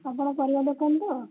ଆପଣ ପରିବା ଦୋକାନୀ ତ